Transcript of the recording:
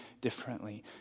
differently